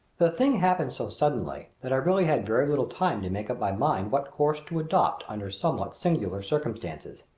the thing happened so suddenly that i really had very little time to make up my mind what course to adopt under somewhat singular circumstances.